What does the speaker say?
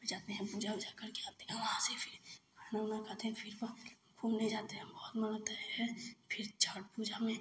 फिर जाते हैं पूजा उजा करके आते हैं वहाँ से फिर खाना उना खाते हैं फिर पहनकर घूमने जाते हैं बहुत मन लगता है फिर छठ पूजा में